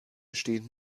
stehen